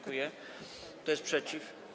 Kto jest przeciw?